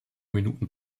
minuten